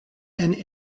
and